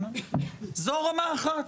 זו רמה אחת.